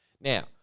Now